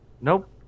Nope